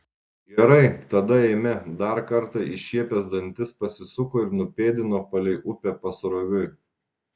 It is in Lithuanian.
gerai tada eime dar kartą iššiepęs dantis pasisuko ir nupėdino palei upę pasroviui